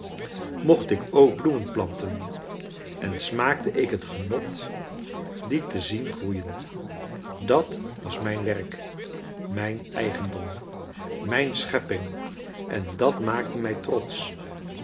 mocht ik ook bloemen planten en smaakte ik het genot die te zien groeien dat was mijn werk mijn eigendom mijn schepping en dat maakte mij trotsch